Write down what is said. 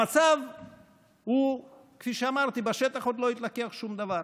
המצב הוא, כפי שאמרתי, בשטח עוד לא התלקח שום דבר.